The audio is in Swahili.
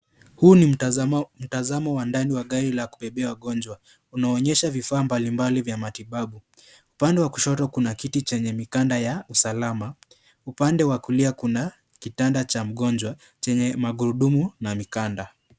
Huu ni mtazamo wa gari la ndani la kubebea wagonjwa. Unaonyesha vifaa mbalimbali vya matibabu. Upande wa kushoto kuna kiti chenye mikanda ya usalama. Upande wa kulia kuna kitanda cha mgonjwa chenye magurudumu na mikanda.